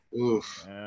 Oof